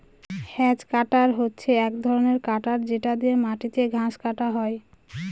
hedge cutter হচ্ছে এক ধরনের কাটার যেটা দিয়ে মাটিতে ঘাস কাটা হয়